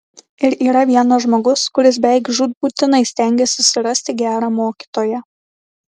ir yra vienas žmogus kuris beveik žūtbūtinai stengiasi surasti gerą mokytoją